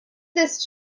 this